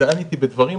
ודן איתי בדברים.